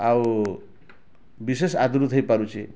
ଆଉ ବିଶେଷ୍ ଆଦୃତ ହେଇ ପାରୁଛି